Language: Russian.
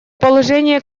положения